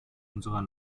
unserer